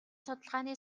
судалгааны